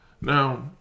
Now